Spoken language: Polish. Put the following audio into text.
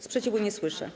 Sprzeciwu nie słyszę.